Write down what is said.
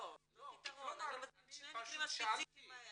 לא פתרון, שני המקרים הספציפיים האלה.